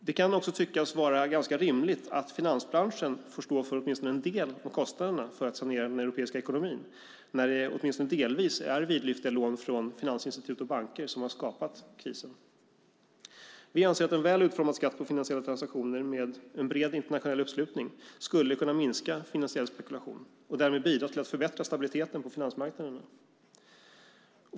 Det kan också tyckas vara ganska rimligt att finansbranschen får stå för åtminstone en del av kostnaderna för att sanera den europeiska ekonomin, när det åtminstone delvis är vidlyftiga lån från finansinstitut och banker som har skapat krisen. Vi anser att en väl utformad skatt på finansiella transaktioner med bred internationell uppslutning skulle kunna minska finansiell spekulation och därmed bidra till att förbättra stabiliteten på finansmarknaderna.